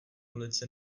ulice